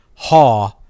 Haw